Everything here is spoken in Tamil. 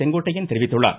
செங்கோட்டையன் தெரிவித்துள்ளார்